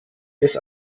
des